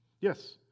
yes